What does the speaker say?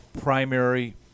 primary